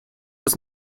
des